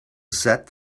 set